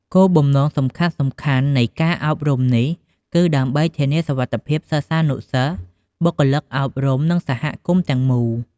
គោលបំណងសំខាន់ៗនៃការអប់រំនេះ គឺដើម្បីធានាសុវត្ថិភាពសិស្សានុសិស្ស បុគ្គលិកអប់រំ និងសហគមន៍ទាំងមូល។